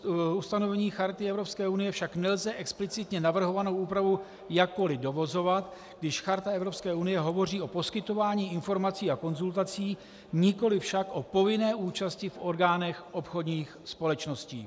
Z citovaného ustanovení Charty Evropské unie však nelze explicitně navrhovanou úpravu jakkoli dovozovat, když Charta Evropské unie hovoří o poskytování informací a konzultací, nikoli však o povinné účasti v orgánech obchodních společností.